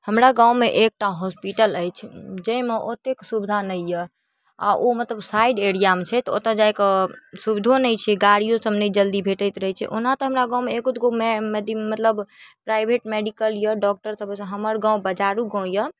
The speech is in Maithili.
हमरा गाममे एकटा हॉस्पिटल अछि जाहिमे ओतेक सुविधा नहि अइ आओर ओ मतलब साइड एरिआमे छै तऽ ओतऽ जाइके सुविधो नहि छै गाड़िओसब नहि जल्दी भेटैत रहै छै ओना तऽ हमरा गाममे एगो दुइगो मै मतलब प्राइवेट मेडिकल अइ डॉक्टरसभ अइ हमर गाम बजारू गाम अइ